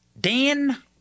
Dan